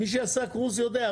מי שעשה קרוז יודע.